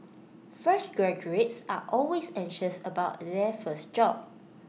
fresh graduates are always anxious about their first job